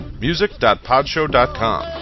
Music.podshow.com